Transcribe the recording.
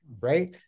right